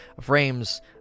frames